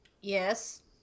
Yes